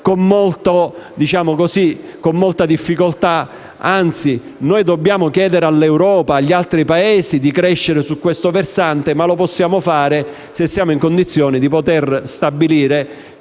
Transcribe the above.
con molta difficoltà. Anzi, noi dobbiamo chiedere all'Europa, agli altri Paesi, di crescere su questo versante, ma lo possiamo fare se siamo in condizione di stabilire